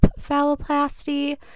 phalloplasty